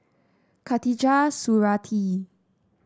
Khatijah Surattee